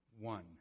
one